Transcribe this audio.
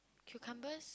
cucumbers